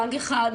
פג אחד,